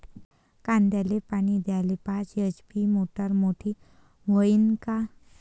कांद्याले पानी द्याले पाच एच.पी ची मोटार मोटी व्हईन का?